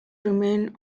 remain